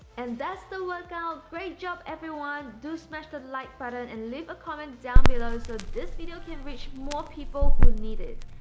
and that's the workout! great job everyone do smash the like but button and leave a comment down below so this video can reach more people who need it!